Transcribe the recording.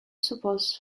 suppose